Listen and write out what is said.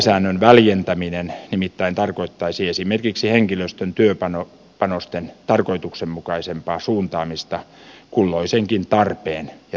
ohjesäännön väljentäminen nimittäin tarkoittaisi esimerkiksi henkilöstön työpanosten tarkoituksenmukaisempaa suuntaamista kulloisenkin tarpeen ja tilanteen mukaan